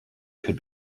could